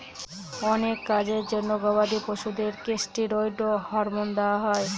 অনেক কাজের জন্য গবাদি পশুদের কেষ্টিরৈড হরমোন দেওয়া হয়